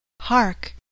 Hark